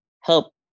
help